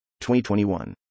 2021